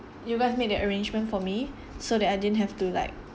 you guys made the arrangement for me so that I didn't have to like